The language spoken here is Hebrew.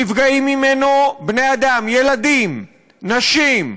נפגעים ממנו בני-אדם, ילדים, נשים,